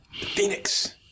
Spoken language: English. Phoenix